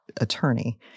attorney